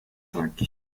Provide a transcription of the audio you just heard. cinq